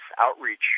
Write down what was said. outreach